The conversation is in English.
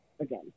again